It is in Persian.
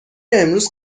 امروز